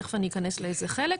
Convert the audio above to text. תכף אני אכנס לאיזה חלק,